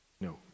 No